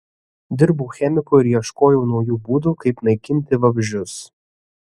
dirbau chemiku ir ieškojau naujų būdų kaip naikinti vabzdžius